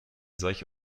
solche